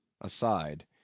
Aside